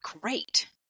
great